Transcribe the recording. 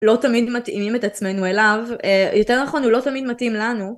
לא תמיד מתאימים את עצמנו אליו, יותר נכון הוא לא תמיד מתאים לנו.